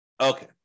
Okay